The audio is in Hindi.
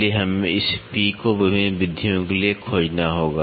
इसलिए हमें इस P को विभिन्न विधियों के लिए खोजना होगा